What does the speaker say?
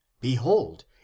Behold